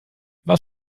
was